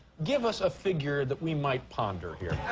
give us a figure that we might ponder here.